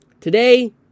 today